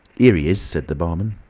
here he is! said the barman.